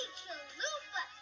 chalupa